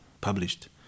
published